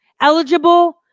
Eligible